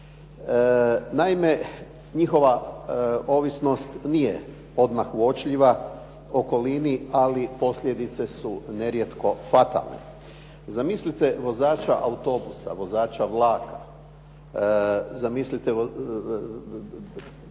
Naime, njihova ovisnost nije odmah uočljiva okolini ali posljedice su nerijetko fatalne. Zamislite vozača autobusa, vozača vlaka, zamislite